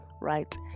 right